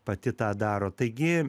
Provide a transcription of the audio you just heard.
pati tą daro taigi